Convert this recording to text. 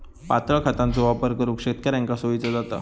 पातळ खतांचो वापर करुक शेतकऱ्यांका सोयीचा जाता